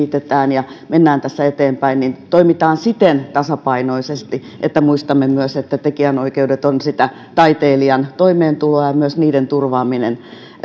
ja mennään tässä eteenpäin niin toimitaan siten tasapainoisesti että muistamme myös että tekijänoikeudet ovat sitä taiteilijan toimeentuloa ja myös niiden turvaaminen